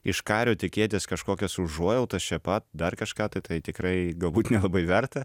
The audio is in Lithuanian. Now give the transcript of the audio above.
iš kario tikėtis kažkokios užuojautos čia pat dar kažką tai tai tikrai galbūt nelabai verta